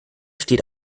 steht